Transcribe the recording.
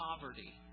poverty